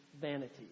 vanity